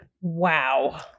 Wow